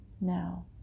now